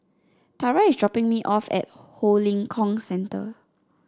Tara is dropping me off at Ho Lim Kong Centre